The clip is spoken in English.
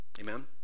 Amen